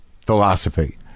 philosophy